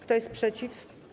Kto jest przeciw?